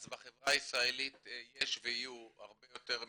אז בחברה הישראלית יש ויהיו הרבה יותר מתבוללים,